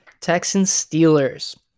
Texans-Steelers